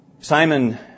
Simon